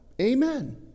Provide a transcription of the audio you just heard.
amen